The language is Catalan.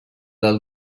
del